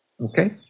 Okay